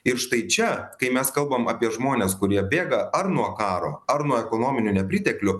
ir štai čia kai mes kalbam apie žmones kurie bėga ar nuo karo ar nuo ekonominių nepriteklių